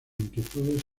inquietudes